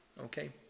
okay